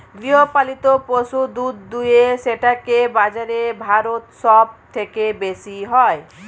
গৃহপালিত পশু দুধ দুয়ে সেটাকে বাজারে ভারত সব থেকে বেশি হয়